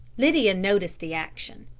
lydia noticed the action.